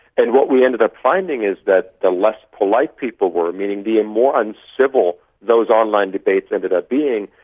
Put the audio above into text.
and what we ended up finding is that the less polite people were, meaning the more uncivil those online debates ended up being,